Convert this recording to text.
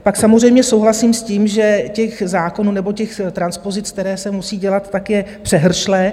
Pak samozřejmě souhlasím s tím, že těch zákonů nebo těch transpozic, které se musí dělat, tak je přehršle.